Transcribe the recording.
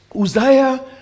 Uzziah